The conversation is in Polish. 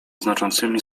znaczącymi